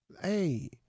Hey